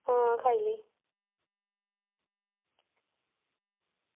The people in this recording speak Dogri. आं खाई लेई